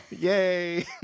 yay